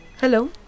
Hello